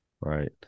Right